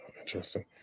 Interesting